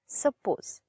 suppose